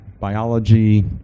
biology